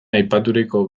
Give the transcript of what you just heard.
aipaturiko